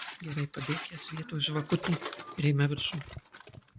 gerai padėk jas vietoj žvakutės ir eime viršun